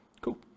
Cool